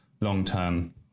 long-term